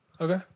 Okay